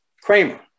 Kramer